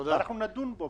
ואנחנו נדון בו.